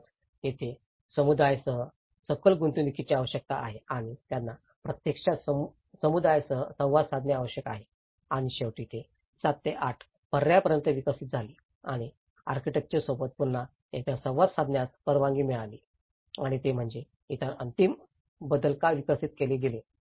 म्हणूनच तेथे समुदायासह सखोल गुंतवणूकीची आवश्यकता आहे आणि त्यांना प्रत्यक्षात समुदायासह संवाद साधणे आवश्यक आहे आणि शेवटी ते 7 ते 8 पर्यायांपर्यंत विकसित झाले आणि आर्किटेक्ट्सबरोबर पुन्हा एकदा संवाद साधण्यास परवानगी मिळाली आणि ती म्हणजे इतर अंतिम अंतिम बदल का विकसित केले गेले